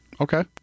Okay